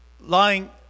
Lying